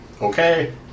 Okay